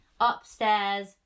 upstairs